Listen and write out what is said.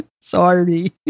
Sorry